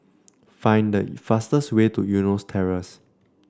find the fastest way to Eunos Terrace